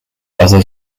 other